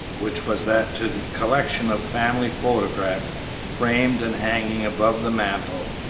which was that to the collection of family photographs framed and hanging above the mantel,